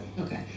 Okay